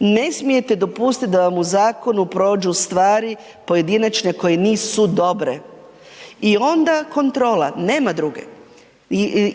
ne smijete dopustiti da vam u zakonu prođu stvari pojedinačne koje nisu dobre i onda kontrola, nema druge.